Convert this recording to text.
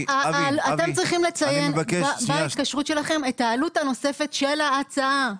אתם צריכים לציין בהתקשרות שלכם את העלות הנוספת של ההצעה.